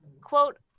Quote